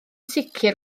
sicr